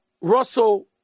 Russell